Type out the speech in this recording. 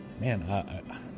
man